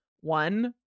one